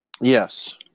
Yes